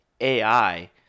AI